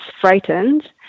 frightened